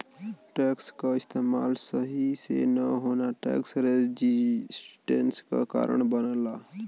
tax क इस्तेमाल सही से न होना टैक्स रेजिस्टेंस क कारण बनला